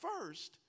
first